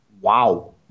Wow